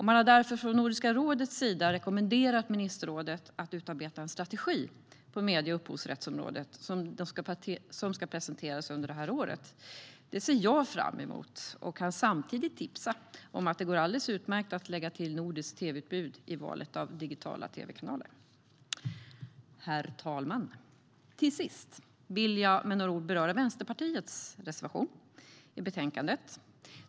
Man har därför från Nordiska rådets sida rekommenderat ministerrådet att utarbeta en strategi på medie och upphovsrättsområdet som ska presenteras under det här året. Det ser jag fram emot och kan samtidigt tipsa om att det går alldeles utmärkt att lägga till ett nordiskt tv-utbud i valet av digitala tv-kanaler. Herr talman! Till sist vill jag med några ord beröra Vänsterpartiets reservation i betänkandet.